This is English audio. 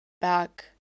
back